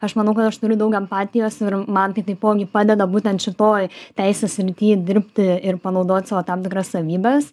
aš manau kad aš turiu daug empatijos ir man tai taipogi padeda būtent šitoj teisių srity dirbti ir panaudot savo tam tikras savybes